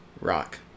Rock